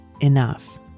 enough